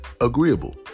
agreeable